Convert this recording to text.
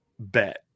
bet